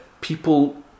people